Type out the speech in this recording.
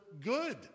good